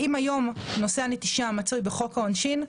אם היום נושא הנטישה מצוי בחוק העונשין,